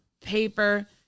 paper